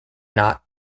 not